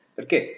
Perché